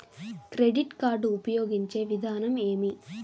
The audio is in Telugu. క్రెడిట్ కార్డు ఉపయోగించే విధానం ఏమి?